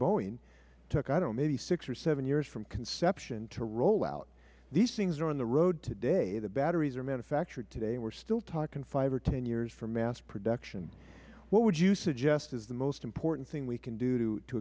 boeing took i do not know maybe six or seven years from conception to roll out these things are on the road today the batteries are manufactured today and we are still talking five or ten years for mass production what would you suggest is the most important thing we could do to